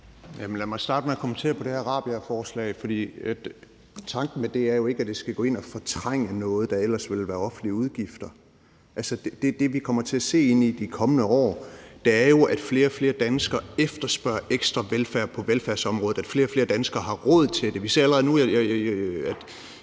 Lad mig starte med at kommentere på det her Christian Rabjerg Madsen-forslag, for tanken med det er jo ikke, at det skal gå ind og fortrænge noget, der ellers ville være offentlige udgifter. Det, vi kommer til at se ind i de kommende år, er jo, at flere og flere danskere efterspørger ekstra velfærd på velfærdsområdet, og at flere og flere danskere har råd til det. Vi ser allerede nu, at